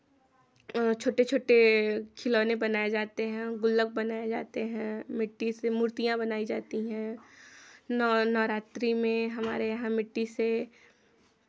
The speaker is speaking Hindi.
छोटे छोटे खिलौने बनाए जाते हैं गुल्लक बनाए जाते हैं मिट्टी से मूर्तियाँ बनाई जाती हैं नौ नवरात्रि में हमारे यहाँ मिट्टी से